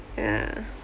ya